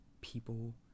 people